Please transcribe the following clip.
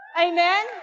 Amen